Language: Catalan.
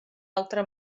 altre